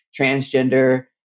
transgender